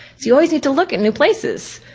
you always need to look at new places.